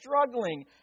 struggling